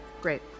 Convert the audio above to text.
Great